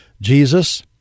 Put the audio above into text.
Jesus